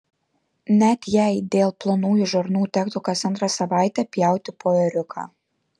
net jei dėl plonųjų žarnų tektų kas antrą savaitę pjauti po ėriuką